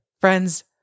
Friends